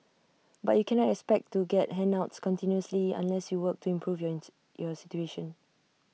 but you cannot expect to get handouts continuously unless you work to improve your situation